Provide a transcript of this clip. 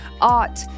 art